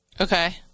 Okay